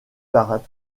parade